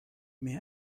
may